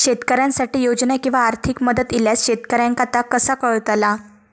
शेतकऱ्यांसाठी योजना किंवा आर्थिक मदत इल्यास शेतकऱ्यांका ता कसा कळतला?